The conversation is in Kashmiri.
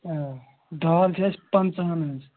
آ دال چھِ اَسہِ پنٛژہن ہِنٛز